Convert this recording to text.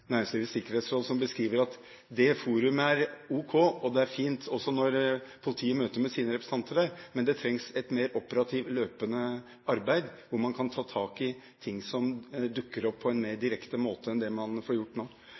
Næringslivets Sikkerhetsråd, som beskriver at det forumet er ok, og det er fint også når politiet møter med sine representanter der, men det trengs et mer operativt, løpende arbeid, hvor man kan ta tak i ting som dukker opp, på en mer direkte måte enn man får gjort nå.